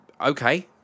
okay